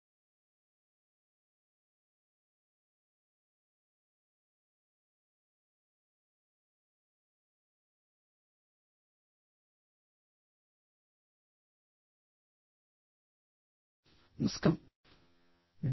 అందరికీ నమస్కారం